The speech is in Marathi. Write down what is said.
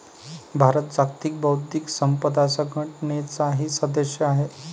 भारत जागतिक बौद्धिक संपदा संघटनेचाही सदस्य आहे